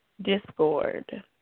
discord